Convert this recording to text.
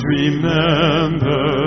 remember